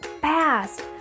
fast